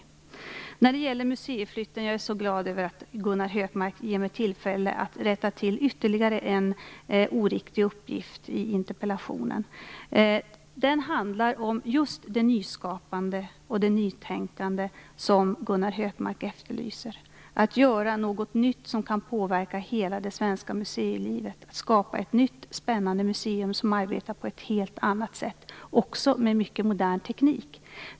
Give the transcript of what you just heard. Gunnar Hökmark tog upp museiflytten. Jag är så glad åt att han ger mig tillfälle att rätta till ytterligare en oriktig uppgift i interpellationen. Museiflytten handlar just om det nyskapande och det nytänkande som Gunnar Hökmark efterlyser. Det handlar om att göra något nytt som kan påverka hela det svenska museilivet, att skapa ett nytt spännande museum som arbetar på ett helt annat sätt, med mycket modern teknik.